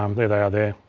um they they are there.